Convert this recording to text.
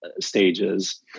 stages